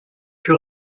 que